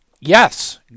yes